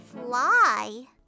fly